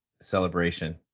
Celebration